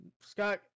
Scott